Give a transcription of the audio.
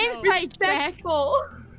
Respectful